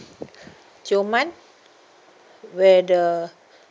tioman where the